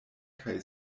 kaj